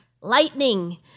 lightning